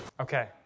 Okay